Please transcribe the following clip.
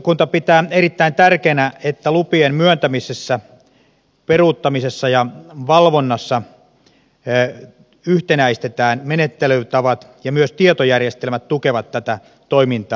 valiokunta pitää erittäin tärkeänä että lupien myöntämisessä peruuttamisessa ja valvonnassa yhtenäistetään menettelytavat ja myös tietojärjestelmät tukevat tätä toimintaa